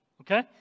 Okay